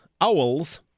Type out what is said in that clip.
Owls